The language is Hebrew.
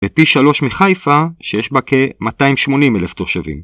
ופי 3 מחיפה שיש בה כ-280,000 תושבים.